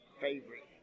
favorite